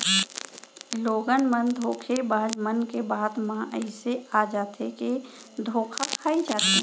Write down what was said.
लोगन मन धोखेबाज मन के बात म अइसे आ जाथे के धोखा खाई जाथे